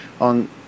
on